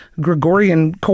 Gregorian